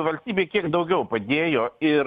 valstybė kiek daugiau padėjo ir